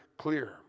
clear